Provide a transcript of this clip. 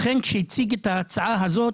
לכן כשהציג את ההצעה הזו,